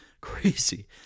Crazy